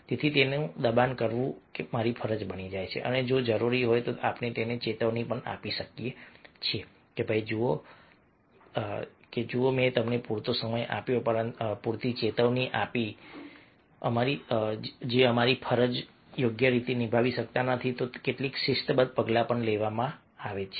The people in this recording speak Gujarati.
તેથી તેને દબાણ કરવું એ મારી ફરજ બની જાય છે અને જો જરૂરી હોય તો આપણે તેને ચેતવણી આપી શકીએ કે જુઓ મેં તમને પૂરતો સમય આપ્યો છે પૂરતી ચેતવણી આપી છે અને જો તમે અમારી ફરજો યોગ્ય રીતે નિભાવી શકતા નથી તો કેટલાક શિસ્તબદ્ધ પગલાં લેવામાં આવી શકે છે